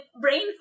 brain